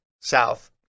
south